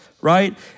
right